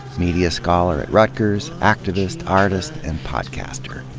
media scholar at rutgers, activist, artist, and podcaster.